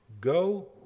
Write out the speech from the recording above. go